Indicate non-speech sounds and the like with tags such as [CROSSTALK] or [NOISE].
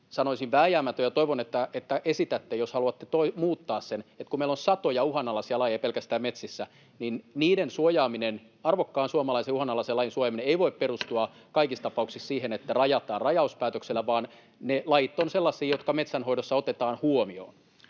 sanoisin, vääjäämätön — ja toivon, että esitätte, jos haluatte muuttaa sen — että kun meillä on satoja uhanalaisia lajeja pelkästään metsissä, niin niiden suojaaminen, arvokkaan suomalaisen uhanalaisen lajin suojeleminen, ei voi perustua [NOISE] kaikissa tapauksissa siihen, että ne rajataan rajauspäätöksellä, vaan ne lajit ovat sellaisia, [NOISE] jotka metsänhoidossa otetaan huomioon.